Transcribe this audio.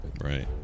Right